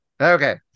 okay